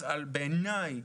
בעיניי,